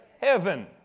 Heaven